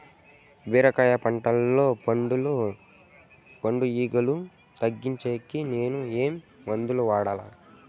బీరకాయ పంటల్లో పండు ఈగలు తగ్గించేకి నేను ఏమి మందులు వాడాలా?